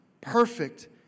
perfect